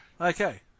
Okay